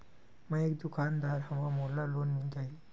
मै एक दुकानदार हवय मोला लोन मिल जाही?